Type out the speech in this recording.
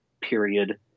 period